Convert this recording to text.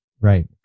Right